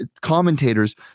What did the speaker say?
commentators